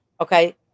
Okay